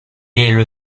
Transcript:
est